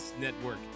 Network